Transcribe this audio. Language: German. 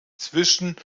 zwischen